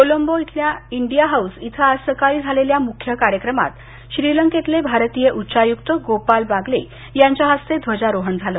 कोलंबो इथल्या India House इथं आज सकाळी झालेल्या मुख्य कार्यक्रमात श्रीलंकेतले भारतीय उच्चायुक्त गोपाल बागले यांच्या हस्ते ध्वजारोहण झालं